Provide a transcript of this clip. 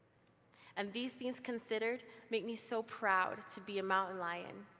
and these things considered make me so proud to be a mountain lion.